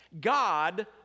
God